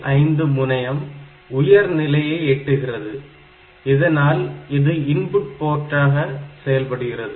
5 முனையம் உயர் நிலையை எட்டுகிறது இதனால் இது இன்புட் போர்ட்டாக செயல்படுகிறது